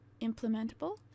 implementable